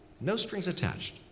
No-strings-attached